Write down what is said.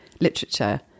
literature